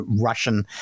Russian